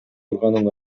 турганын